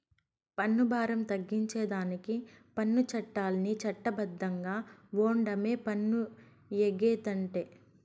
పన్ను బారం తగ్గించేదానికి పన్ను చట్టాల్ని చట్ట బద్ధంగా ఓండమే పన్ను ఎగేతంటే